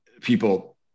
people